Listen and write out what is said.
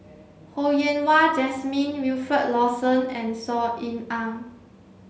Ho Yen Wah Jesmine Wilfed Lawson and Saw Ean Ang